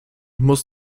muss